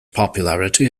popularity